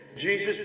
Jesus